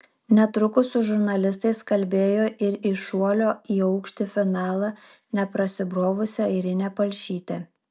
netrukus su žurnalistais kalbėjo ir į šuolio į aukštį finalą neprasibrovusi airinė palšytė